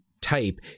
type